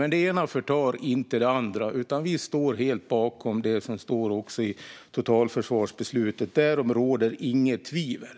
Men det ena förtar inte det andra, och vi står också helt bakom det som står i totalförsvarsbeslutet - därom råder inget tvivel.